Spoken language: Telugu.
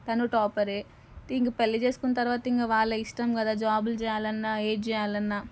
తను టాపరే ఇంకా పెళ్ళి చేసుకున్న తరువాత ఇంకా వాళ్ళ ఇష్టం కదా జాబులు చెయ్యాలన్నా ఏది చెయ్యాలన్నా